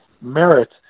merit